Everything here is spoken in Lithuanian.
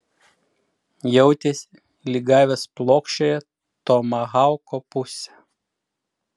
jautėsi lyg gavęs plokščiąja tomahauko puse